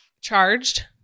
charged